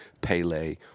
Pele